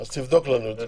אז תבדוק לנו את זה.